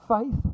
faith